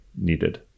needed